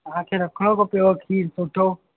तव्हांखे रखिणो खपेव खीर सुठो